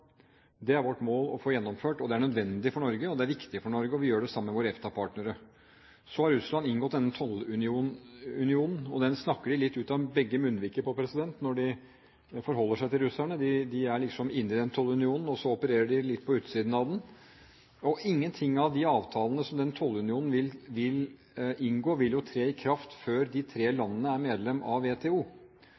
Det er vårt mål å få gjennomført, det er nødvendig og viktig for Norge, og vi gjør det sammen med våre EFTA-partnere. Så har Russland inngått denne tollunionen, og den snakker de litt ut av begge munnviker om når de forholder seg til russerne. De er liksom inne i den tollunionen, og så opererer de litt på utsiden av den. Og ingenting i forbindelse med de avtalene som den tollunionen vil inngå, vil tre i kraft før de tre landene er medlemmer av WTO.